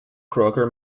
crocker